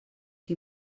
qui